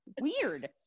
weird